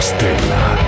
Stella